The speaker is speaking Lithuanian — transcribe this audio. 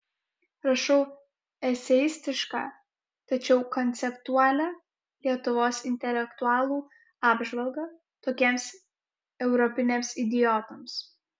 rašau eseistišką tačiau konceptualią lietuvos intelektualų apžvalgą tokiems europiniams idiotams